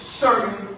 certain